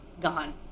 gone